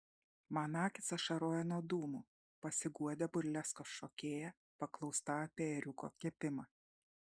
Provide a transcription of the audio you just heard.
man akys ašaroja nuo dūmų pasiguodė burleskos šokėja paklausta apie ėriuko kepimą